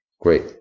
Great